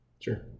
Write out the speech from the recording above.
sure